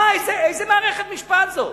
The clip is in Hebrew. איזו מערכת משפט זאת?